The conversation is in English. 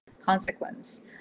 consequence